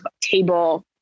table